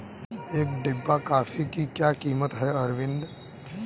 एक डिब्बा कॉफी की क्या कीमत है अरविंद?